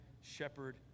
shepherd